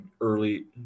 early